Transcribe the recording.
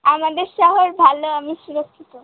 আমাদের শহর ভালো আমি সুরক্ষিত